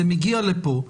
זה מגיע לפה.